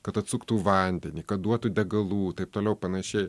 kad atsuktų vandenį kad duotų degalų taip toliau panašiai